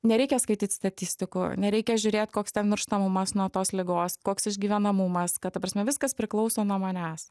nereikia skaityt statistikų nereikia žiūrėt koks ten mirštamumas nuo tos ligos koks išgyvenamumas kad ta prasme viskas priklauso nuo manęs